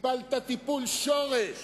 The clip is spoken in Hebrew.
טיפלת טיפול שורש